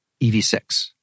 EV6